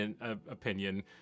opinion